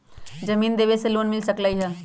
जमीन देवे से लोन मिल सकलइ ह?